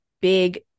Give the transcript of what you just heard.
big